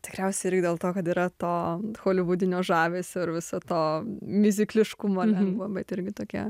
tikriausiai irgi dėl to kad yra to holivudinio žavesio ir viso to miuzikliškumo lengvo bet irgi tokia